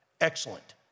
Excellent